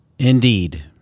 Indeed